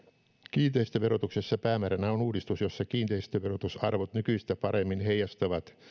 kiinteistöverotuksessa päämääränä on uudistus jossa kiinteistöverotusarvot nykyistä paremmin heijastavat